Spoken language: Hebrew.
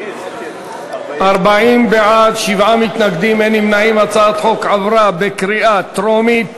את הצעת חוק הביטוח הלאומי (תיקון,